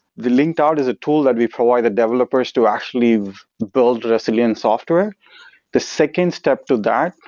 the link out is a tool that we provide the developers to actually build resilient software the second step to that,